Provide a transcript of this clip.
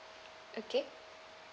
okay